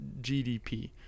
GDP